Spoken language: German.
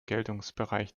geltungsbereich